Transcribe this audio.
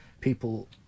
people